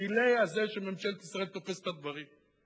ה-delay הזה שממשלת ישראל תופסת את הדברים.